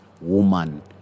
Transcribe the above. woman